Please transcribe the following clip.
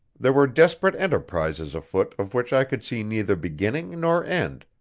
there were desperate enterprises afoot of which i could see neither beginning nor end,